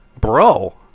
bro